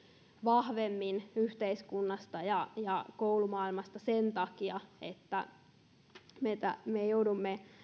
vahvemmin yhteiskunnasta ja ja koulumaailmasta sen takia että me joudumme